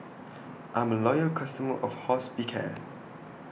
I'm A Loyal customer of Hospicare